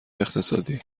اقتصادی